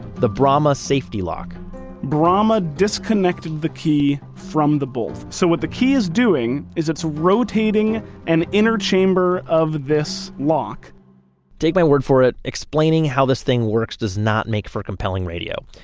the bramah safety lock bramah disconnected the key from the bolt, so what the key is doing, is it's rotating an inner chamber of this lock take my word for it, explaining how this thing works does not make for compelling radio.